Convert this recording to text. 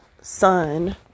sun